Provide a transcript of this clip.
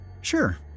sure